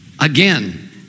Again